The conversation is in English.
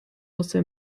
also